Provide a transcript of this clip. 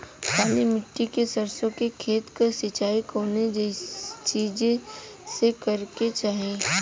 काली मिट्टी के सरसों के खेत क सिंचाई कवने चीज़से करेके चाही?